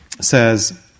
says